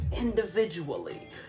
individually